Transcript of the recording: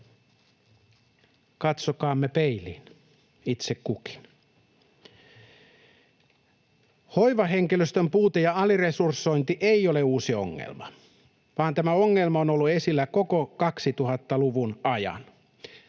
Katsokaamme peiliin, itse kukin. Hoivahenkilöstön puute ja aliresursointi ei ole uusi ongelma, vaan tämä ongelma on ollut esillä koko 2000-luvun ajan.